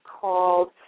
called